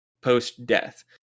post-death